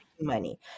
money